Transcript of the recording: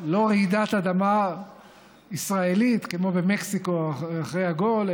לא רעידת אדמה ישראלית כמו במקסיקו אחרי הגול,